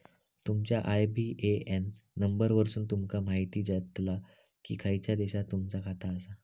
तुमच्या IBAN number वरसुन तुमका म्हायती जाताला की खयच्या देशात तुमचा खाता आसा